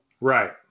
Right